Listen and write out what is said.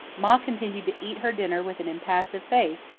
ma continued to eat her dinner with an impassive face,